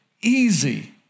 easy